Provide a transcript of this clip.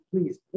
Please